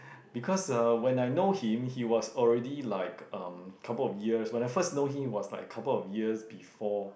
because uh when I know him he was already like um couple of years when I first know him it was like a couple of years before